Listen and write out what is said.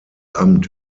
amt